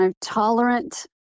tolerant